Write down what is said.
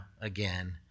again